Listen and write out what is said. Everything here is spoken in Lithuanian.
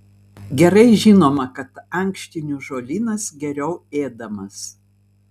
gerai žinoma kad ankštinių žolynas geriau ėdamas